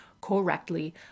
correctly